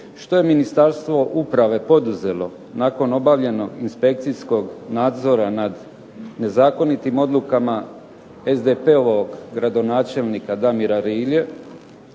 što je Ministarstvo uprave poduzelo nakon obavljenog inspekcijskog nadzora nad nezakonitim odlukama SDP-ovog gradonačelnika Damira Rige.